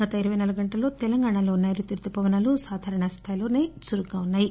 గత ఇరవై నాలుగు గంటల్లో తెలంగాణలో నైరుతి రుతుపవనాలు సాధారణ స్లాయిలో చురుగ్గా ఉన్నా యి